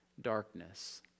darkness